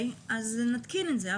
קיי, נתקין את זה.